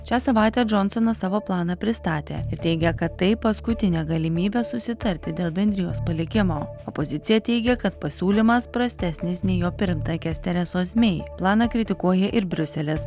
šią savaitę džonsonas savo planą pristatė ir teigia kad tai paskutinė galimybė susitarti dėl bendrijos palikimo opozicija teigia kad pasiūlymas prastesnis nei jo pirmtakės teresos mey planą kritikuoja ir briuselis